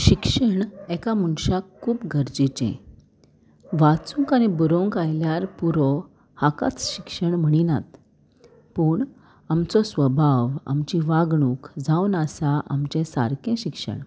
शिक्षण एका मुनशाक खूब गरजेचें वाचूंक आनी बरोंक आयल्यार पुरो हाकाच शिक्षण म्हणिनात पूण आमचो स्वभाव आमची वागणूक जावन आसा आमचें सारकें शिक्षण